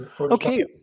Okay